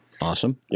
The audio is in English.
awesome